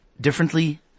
differently